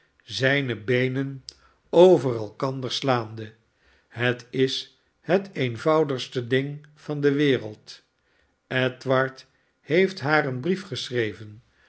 zijne beenen over elkander slaande het is het eenvoudigste ding van de wereld edward heeft haar een brief geschreven